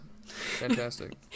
fantastic